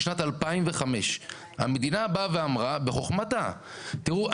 לשנת 2005. המדינה באה ואמרה בחוכמתה תראו,